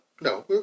no